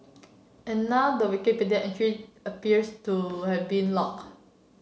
and now the Wikipedia entry appears to have been locked